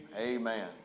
amen